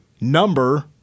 number